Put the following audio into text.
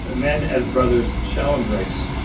ah men as brothers shall embrace.